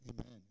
Amen